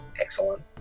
Excellent